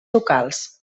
locals